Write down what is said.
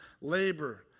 labor